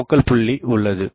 focal புள்ளி உள்ளது